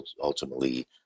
ultimately